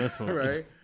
right